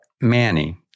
Manny